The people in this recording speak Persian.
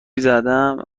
زدم